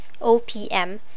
OPM